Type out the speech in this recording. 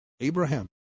Abraham